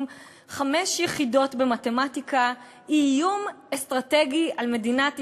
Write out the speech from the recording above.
חמש יחידות במתמטיקה היא איום אסטרטגי על מדינת ישראל,